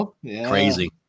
Crazy